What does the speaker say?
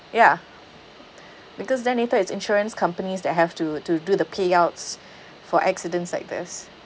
ya because then later it's insurance companies that have to to do the payouts for accidents like this